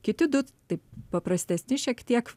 kiti du tai paprastesni šiek tiek